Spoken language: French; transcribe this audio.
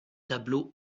tableau